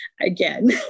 again